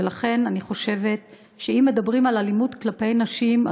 אני חושבת שאם מדברים על אלימות כלפי נשים,